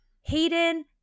Hayden